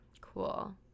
Cool